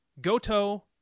Goto